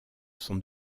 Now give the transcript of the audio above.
son